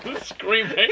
screaming